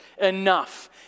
enough